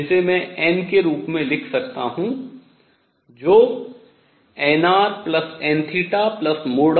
जिसे मैं n के रूप में लिख सकता हूँ जो nrn